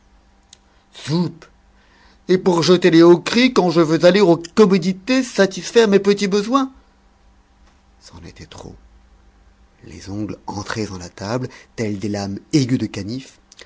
et pour jeter les hauts cris quand je veux aller aux commodités satisfaire mes petits besoins c'en était trop les ongles entrés en la table telles des lames aiguës de canif